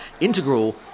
integral